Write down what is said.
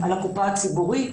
על הקופה הציבורית?